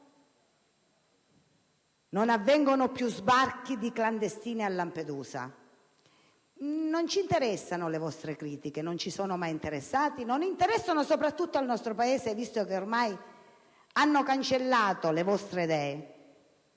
non avvengono più sbarchi di clandestini a Lampedusa. Non ci interessano le vostre critiche: non ci sono mai interessate e non interessano soprattutto al nostro Paese, visto che ormai hanno cancellato le vostre idee.